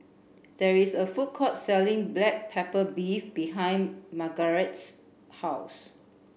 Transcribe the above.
there is a food court selling black pepper beef behind Margarette's house